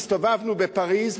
הסתובבנו בפריס,